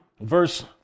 verse